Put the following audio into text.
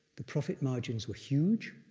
the profit margins were huge,